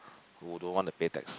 who don't want to pay tax